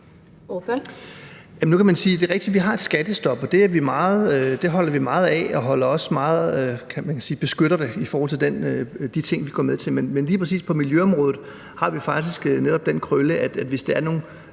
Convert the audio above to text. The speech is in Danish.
vi har et skattestop. Det holder vi meget af, og vi beskytter det i forhold til de ting, vi går med til. Men lige præcis på miljøområdet har vi faktisk netop den krølle, at hvis der er nogle